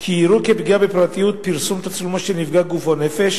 כי יראו כפגיעה בפרטיות פרסום תצלומו של נפגע גוף או נפש